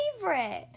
favorite